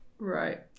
right